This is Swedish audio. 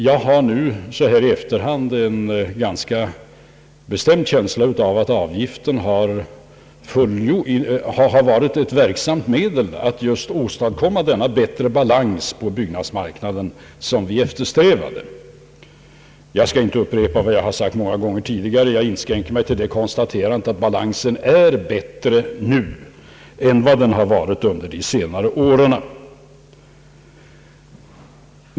Jag har nu så här i efterhand en ganska bestämd känsla av att avgifterna har varit ett verksamt medel att just åstadkomma den bättre balans på byggnadsmarknaden som vi eftersträvade. Jag skall inte upprepa vad jag har sagt många gånger tidigare, utan jag inskränker mig till konstaterandet att balansen är bättre nu än vad den har varit under de senare åren.